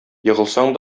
егылсаң